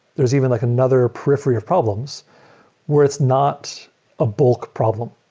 there is even like another periphery of problems where it's not a bulk problem,